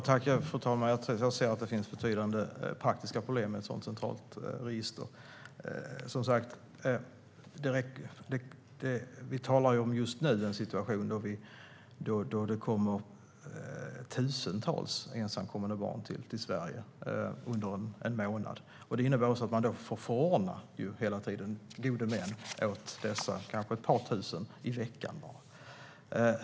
Fru talman! Jag anser att det finns betydande praktiska problem med ett centralt register. Just nu kommer tusentals ensamkommande barn till Sverige under en månad. Då måste hela tiden gode män förordnas åt ett par tusen barn i veckan.